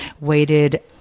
waited